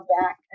back